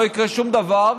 לא יקרה שום דבר.